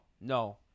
no